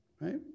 right